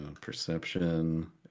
perception